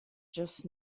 just